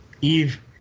Eve